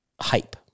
hype